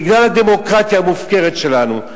בגלל הדמוקרטיה המופקרת שלנו,